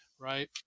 Right